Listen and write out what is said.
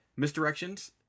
Misdirections